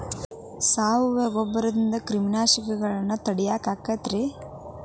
ಸಾವಯವ ಗೊಬ್ಬರದಿಂದ ಕ್ರಿಮಿಕೇಟಗೊಳ್ನ ತಡಿಯಾಕ ಆಕ್ಕೆತಿ ರೇ?